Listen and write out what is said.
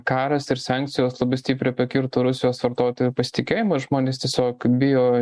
karas ir sankcijos labai stipriai pakirto rusijos vartotojų pasitikėjimą žmonės tiesiog bijo